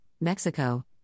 Mexico